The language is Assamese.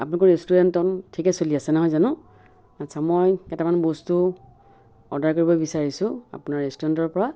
আপোনালোকৰ ৰেষ্টুৰেণ্ট ঠিকে চলি আছে নহয় জানো আচ্ছা মই কেইটামান বস্তু অৰ্ডাৰ কৰিব বিচাৰিছোঁ আপোনাৰ ৰেষ্টুৰেণ্টৰপৰা